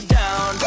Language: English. down